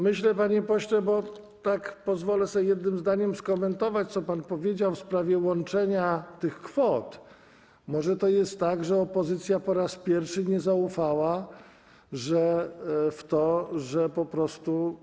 Myślę, panie pośle, bo pozwolę sobie tak jednym zdaniem skomentować to, co pan powiedział w sprawie łączenia tych kwot, że może to jest tak, że opozycja po raz pierwszy nie zaufała, że po prostu.